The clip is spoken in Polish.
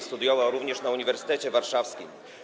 Studiował również na Uniwersytecie Warszawskim.